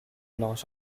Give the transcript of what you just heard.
loss